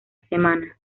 semana